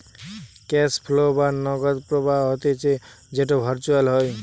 cash flow বা নগদ প্রবাহ হতিছে যেটো ভার্চুয়ালি হয়